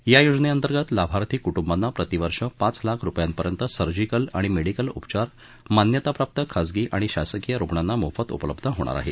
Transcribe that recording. या योजनेअंतर्गत लाभार्थी कुटुंबांना प्रति वर्ष पाच लाख रुपयांपर्यंत सर्जिकल आणि मेडिकल उपचार मान्यताप्राप्त खासगी आणि शासकीय रुग्णांना मोफत उपलब्ध होणार आहेत